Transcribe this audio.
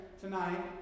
tonight